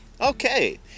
Okay